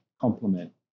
complement